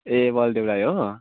ए बलदेव राई हो